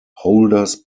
holders